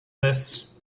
this